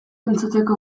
entzuteko